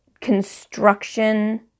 construction